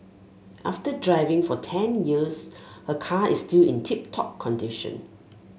after driving for ten years her car is still in tip top condition